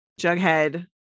Jughead